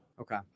Okay